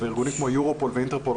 וארגונים כמו יורופול ואינטרפול,